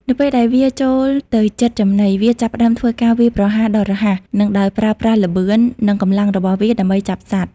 នៅពេលដែលវាចូលទៅជិតចំណី វាចាប់ផ្តើម ធ្វើការវាយប្រហារដ៏រហ័ស និងដោយប្រើប្រាស់ល្បឿន និងកម្លាំងរបស់វាដើម្បីចាប់សត្វ។